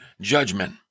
judgment